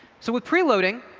so with preloading,